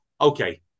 okay